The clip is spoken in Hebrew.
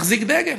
מחזיק דגל,